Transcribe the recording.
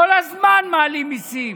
כל הזמן מעלים מיסים.